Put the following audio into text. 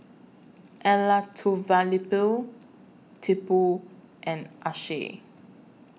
Elattuvalapil Tipu and Akshay